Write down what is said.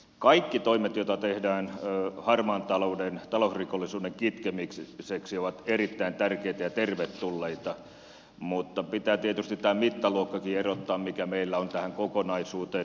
kaikki toimet joita tehdään harmaan talouden talousrikollisuuden kitkemiseksi ovat erittäin tärkeitä ja tervetulleita mutta pitää tietysti erottaa tämä mittaluokkakin mikä meillä on tähän kokonaisuuteen